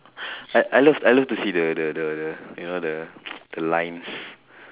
I love I love to see the the the the you know the the lines